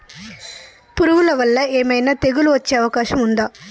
పురుగుల వల్ల ఏమైనా తెగులు వచ్చే అవకాశం ఉందా?